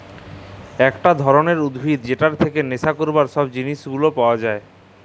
একট ধরলের উদ্ভিদ যেটর থেক্যে লেসা ক্যরবার সব জিলিস গুলা পাওয়া যায়